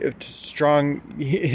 strong